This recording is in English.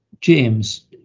James